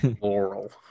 Laurel